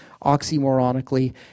oxymoronically